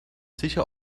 sicher